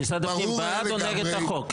משרד הפנים הוא בעד או נגד החוק?